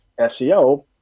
SEO